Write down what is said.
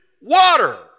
water